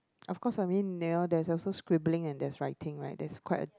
of course I mean there's also scribbling and writing right there's quite a